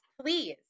please